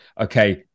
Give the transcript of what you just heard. okay